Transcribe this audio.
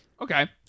Okay